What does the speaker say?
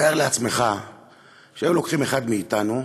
תאר לעצמך שהיו לוקחים אחד מאתנו,